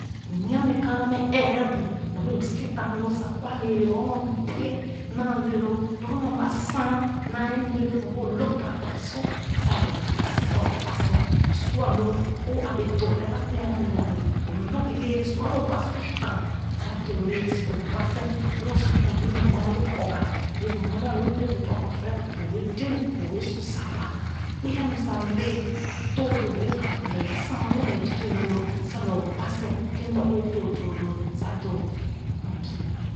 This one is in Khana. M nya mɛ kaana mɛ ɛrɛ bu nyɔ bee m si tam loo sa kwa lɛɛ-lɛ lorgor nu a lo bie naa le loo lorgor nu a lu a saen naa le loo nyɔ bee o lōg baa baa sor sa lɛɛ o bui sēn sa o ba sēn a su a loo o a bee doo ɛrɛba kèn a nya doo o lōg leɛ-le su a loo ba tan sa doo lɛɛ-lɛ sa o ba sèn lo su kèn o yɛrɛ bu maa lò korgarra yare bu maa ale o yɛrɛ bu dorna fɛrɛ o wɛɛ dē nu o wɛɛ su sa ba a kpe a nu sa le o doo doo-wo lɛɛ a sa en loo lɛɛ dèdèn nu loo lɛɛ o ba sèn kèn m da wɛɛ doo doo doo a doo lo sa bui